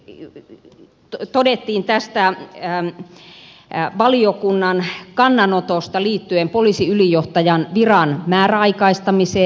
sitten täällä myös todettiin tästä valiokunnan kannanotosta liittyen poliisiylijohtajan viran määräaikaistamiseen